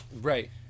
Right